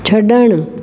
छॾणु